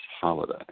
holiday